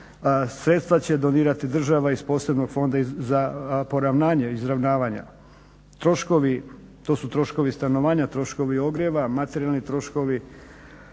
sredstva će donirati država iz posebnog fonda za poravnanje izravnavanja. To su troškovi stanovanja, troškovi ogrijeva, materijalni troškovi